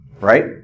Right